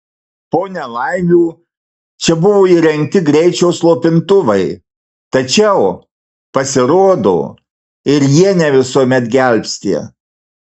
po nelaimių čia buvo įrengti greičio slopintuvai tačiau pasirodo ir jie ne visuomet gelbsti